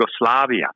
Yugoslavia